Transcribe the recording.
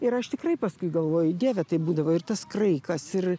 ir aš tikrai paskui galvoju dieve tai būdavo ir tas kraikas ir